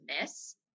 miss